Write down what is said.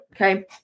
Okay